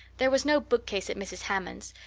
there was no bookcase at mrs. hammond's.